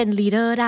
leader